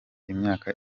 imyaka